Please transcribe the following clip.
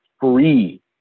free